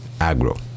Agro